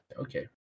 Okay